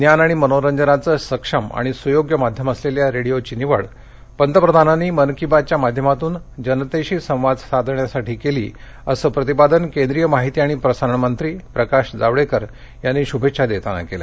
ज्ञान आणि मनोरंजनाचं सक्षम आणि सुयोग्य माध्यम असलेल्या रेडियोची निवड पंतप्रधानांनी मन की बातच्या माध्यमातून जनतेशी संवाद साधण्यासाठी केली असं प्रतिपादन केंद्रीय माहिती आणि प्रसारणमंत्री मंत्री प्रकाश जावडेकर यांनी शूभेच्छा देताना केलं